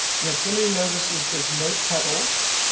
yes. somebody notices. there's no pedals.